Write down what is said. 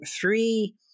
three